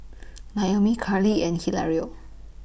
Naomi Carlee and Hilario